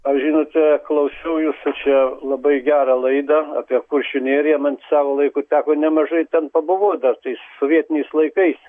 aš žinote klausiau jūsų čia labai gerą laidą apie kuršių neriją man savo laiku teko nemažai ten pabuvot dar tais sovietiniais laikais